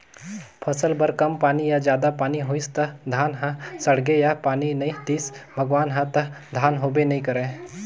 फसल बर कम पानी या जादा पानी होइस त धान ह सड़गे या पानी नइ दिस भगवान ह त धान होबे नइ करय